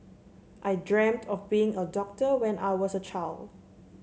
I dreamt of being a doctor when I was a child